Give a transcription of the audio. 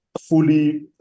fully